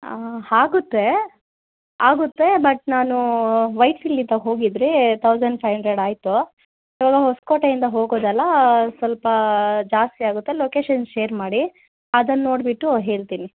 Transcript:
ಹಾಂ ಆಗುತ್ತೆ ಆಗುತ್ತೆ ಬಟ್ ನಾನು ವೈಸಿಲಿದ್ದಾಗ ಹೋಗಿದ್ದರೆ ತೌಸಂಡ್ ಫೈ ಹಂಡ್ರೆಡ್ ಆಯಿತು ಇವಾಗ ಹೊಸಕೋಟೆಯಿಂದ ಹೋಗೋದಲ್ಲಾ ಸ್ವಲ್ಪ ಜಾಸ್ತಿ ಆಗುತ್ತೆ ಲೊಕೇಶನ್ ಶೇರ್ ಮಾಡಿ ಅದನ್ನು ನೋಡಿಬಿಟ್ಟು ಹೇಳ್ತೀನಿ